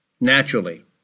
naturally